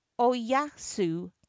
oyasu